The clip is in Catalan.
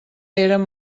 eren